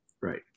Right